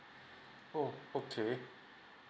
oh okay